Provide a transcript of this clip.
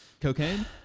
Cocaine